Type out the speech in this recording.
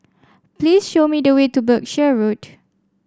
please show me the way to Berkshire Road